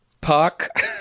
Puck